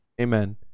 amen